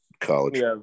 college